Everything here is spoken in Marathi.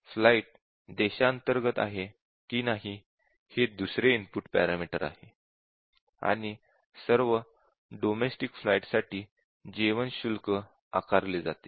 फ्लाइट देशांतर्गत आहे की नाही हे दुसरे इनपुट पॅरामीटर आहे आणि सर्व डोमेस्टिक फ्लाइटसाठी जेवण शुल्क आकारले जाते